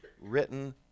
written